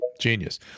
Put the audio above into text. genius